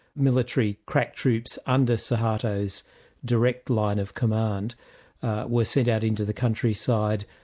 military crack troops under suharto's direct line of command were sent out into the countryside,